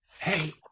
hey